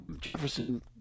Jefferson